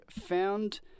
found